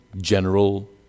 general